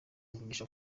avugisha